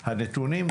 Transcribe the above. הנתונים,